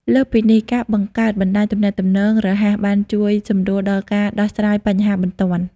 លើសពីនេះ ការបង្កើតបណ្តាញទំនាក់ទំនងរហ័សបានជួយសម្រួលដល់ការដោះស្រាយបញ្ហាបន្ទាន់។